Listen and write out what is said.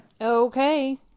Okay